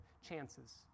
chances